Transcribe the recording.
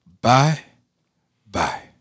Bye-bye